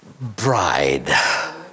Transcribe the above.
Bride